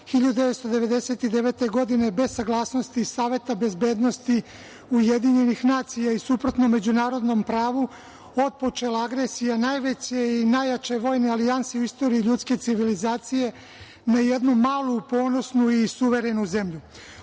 1999. godine, bez saglasnosti Saveta bezbednosti UN i suprotno međunarodnom pravu, otpočela agresija najveće i najjače vojne alijanse u istoriji ljudske civilizacije na jednu malu ponosnu i suverenu zemlju.